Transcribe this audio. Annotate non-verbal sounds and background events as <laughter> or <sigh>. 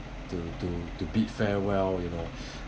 to to to bid farewell you know <breath>